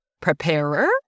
Preparer